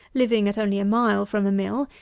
living at only a mile from a mill,